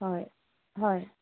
হয় হয়